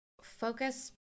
focus